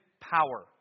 power